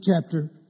chapter